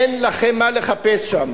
אין לכם מה לחפש שם.